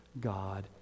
God